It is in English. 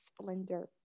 splendor